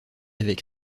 avec